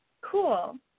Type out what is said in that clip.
Cool